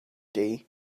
day